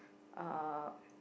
uh